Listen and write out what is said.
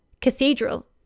cathedral